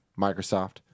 Microsoft